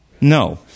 no